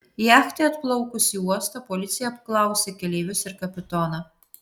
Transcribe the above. jachtai atplaukus į uostą policija apklausė keleivius ir kapitoną